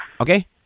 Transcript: Okay